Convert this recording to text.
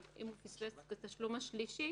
אבל אם הוא פספס בתשלום השלישי,